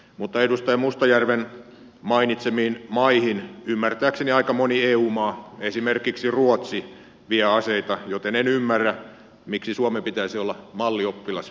mutta edustaja mustajärven mainitsemiin maihin ymmärtääkseni aika moni eu maa esimerkiksi ruotsi vie aseita joten en ymmärrä miksi suomen pitäisi olla mallioppilas tässäkin asiassa